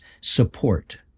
Support